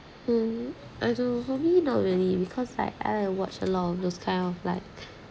hmm I don't know hobby not really because I I watch a lot of those kind of like